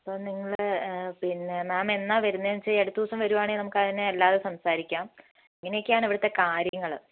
അപ്പോൾ നിങ്ങൾ പിന്നെ മാം എന്നാണ് വരുന്നതെന്ന് വച്ചാൽ ഈ അടുത്ത ദിവസം വരികയാണെങ്കിൽ നമുക്ക് അതിനെ അല്ലാതെ സംസാരിക്കാം ഇങ്ങനെയൊക്കെ ആണ് ഇവിടുത്തെ കാര്യങ്ങൾ